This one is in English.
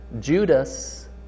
judas